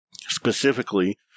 specifically